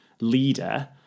leader